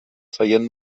seient